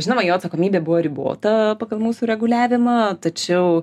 žinoma jo atsakomybė buvo ribota pagal mūsų reguliavimą tačiau